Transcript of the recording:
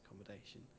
accommodation